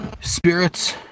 spirits